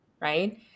right